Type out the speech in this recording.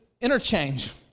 interchange